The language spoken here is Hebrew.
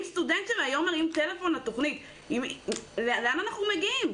סטודנט שהיום מרים טלפון לתכנית, למי הוא מגיע.